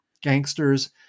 gangsters